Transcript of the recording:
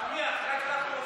נחמיאס, רק לך הוא מפריע?